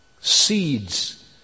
seeds